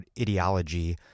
ideology